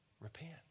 Repent